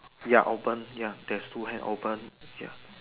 ya open ya there's two hands open